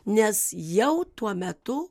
nes jau tuo metu